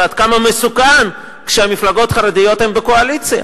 ועד כמה מסוכן כשהמפלגות החרדיות הן בקואליציה.